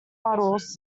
models